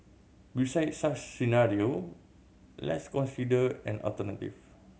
beside such scenario let's consider an alternative